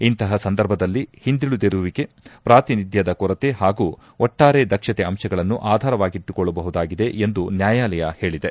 ಇಂತಹ ಸಂದರ್ಭದಲ್ಲಿ ಹಿಂದುಳಿದಿರುವಿಕೆ ಪ್ರಾತಿನಿಧ್ಯದ ಕೊರತೆ ಹಾಗೂ ಒಟ್ಟಾರೆ ದಕ್ಷತೆ ಅಂಶಗಳನ್ನು ಆಧಾರವಾಗಿಟ್ಟುಕೊಳ್ಳಬಹುದಾಗಿದೆ ಎಂದು ನ್ಯಾಯಾಲಯ ಹೇಳಿದೆ